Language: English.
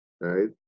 right